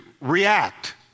react